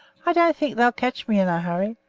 i don't think they'll catch me in a hurry.